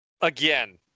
Again